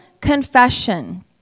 confession